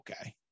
okay